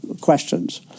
Questions